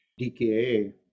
DKA